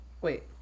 wait